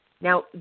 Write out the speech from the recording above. Now